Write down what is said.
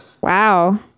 Wow